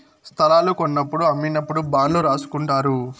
స్తలాలు కొన్నప్పుడు అమ్మినప్పుడు బాండ్లు రాసుకుంటారు